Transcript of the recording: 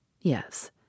Yes